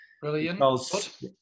Brilliant